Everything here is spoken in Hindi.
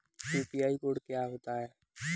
यू.पी.आई कोड क्या होता है?